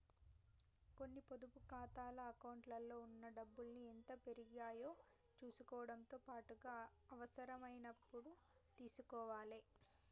కొన్ని పొదుపు ఖాతాల అకౌంట్లలో ఉన్న డబ్బుల్ని ఎంత పెరిగాయో చుసుకోవడంతో పాటుగా అవసరమైనప్పుడు తీసుకోవాలే